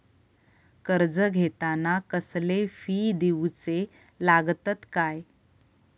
कर्ज घेताना कसले फी दिऊचे लागतत काय?